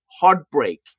heartbreak